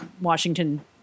Washington